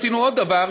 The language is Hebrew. עשינו עוד דבר,